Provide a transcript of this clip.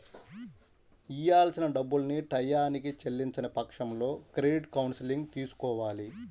ఇయ్యాల్సిన డబ్బుల్ని టైయ్యానికి చెల్లించని పక్షంలో క్రెడిట్ కౌన్సిలింగ్ తీసుకోవాలి